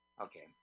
Okay